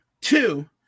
Two